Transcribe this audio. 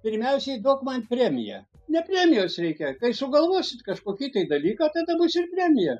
pirmiausiai duok man premiją ne premijos reikia kai sugalvosit kažkokį tai dalyką tada bus ir premija